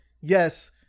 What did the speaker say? yes